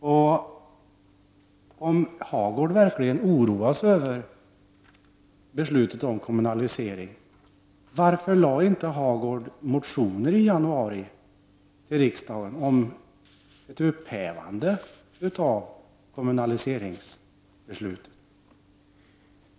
Om nu Birger Hagård verkligen oroar sig över beslutet om kommunalisering, varför väckte då Birger Hagård inte motioner i riksdagen i januari om ett upphävande av kommunaliseringsbeslutet?